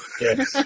Yes